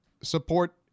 support